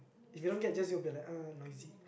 if you don't get jazz you'll be like uh noisy